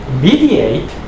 Mediate